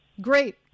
Great